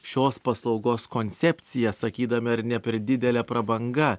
šios paslaugos koncepcija sakydami ar ne per didelė prabanga